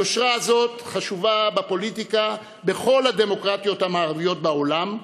היושרה הזאת חשובה בפוליטיקה בכל הדמוקרטיות המערביות בעולם,